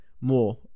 more